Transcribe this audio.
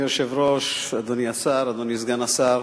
אדוני היושב-ראש, אדוני השר, אדוני סגן השר,